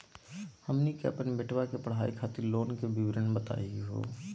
हमनी के अपन बेटवा के पढाई खातीर लोन के विवरण बताही हो?